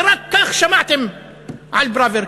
ורק כך שמעתם על פראוור,